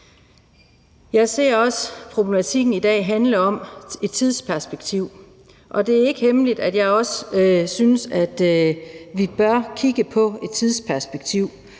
Jeg ser også problematikken i dag handle om et tidsperspektiv, og det er ikke hemmeligt, at jeg også synes, at vi bør kigge på et tidsperspektiv,